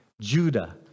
Judah